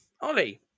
Ollie